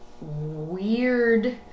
weird